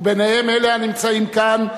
ובהם אלה הנמצאים כאן,